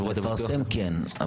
לפרסם כן,